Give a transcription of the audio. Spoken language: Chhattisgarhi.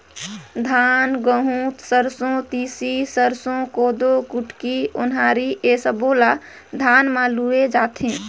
धान, गहूँ, सरसो, तिसी, सरसो, कोदो, कुटकी, ओन्हारी ए सब्बो ल धान म लूए जाथे